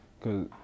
Cause